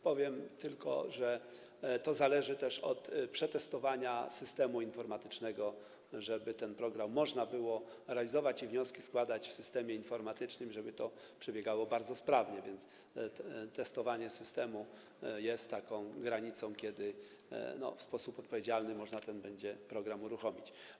Powiem tylko, że zależy to też od przetestowania systemu informatycznego, żeby ten program można było realizować i składać wnioski w systemie informatycznym i żeby to przebiegało bardzo sprawnie, więc testowanie systemu jest taką granicą tego, kiedy w sposób odpowiedzialny można będzie ten program uruchomić.